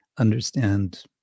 understand